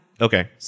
Okay